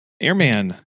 airman